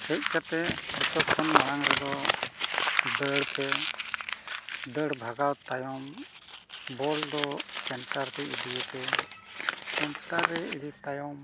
ᱦᱮᱡ ᱠᱟᱛᱮᱫ ᱡᱷᱚᱛᱚ ᱠᱷᱚᱱ ᱢᱟᱲᱟᱝ ᱨᱮᱫᱚ ᱫᱟᱹᱲ ᱯᱮ ᱫᱟᱹᱲ ᱵᱷᱟᱜᱟᱣ ᱛᱟᱭᱚᱢ ᱵᱚᱞ ᱫᱚ ᱥᱮᱱᱴᱟᱨᱛᱮ ᱤᱫᱤᱭᱟᱯᱮ ᱥᱮᱱᱴᱟᱨ ᱨᱮ ᱤᱫᱤ ᱛᱟᱭᱚᱢ